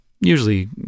usually